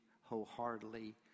wholeheartedly